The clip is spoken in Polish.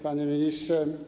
Panie Ministrze!